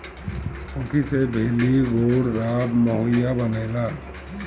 ऊखी से भेली, गुड़, राब, माहिया बनेला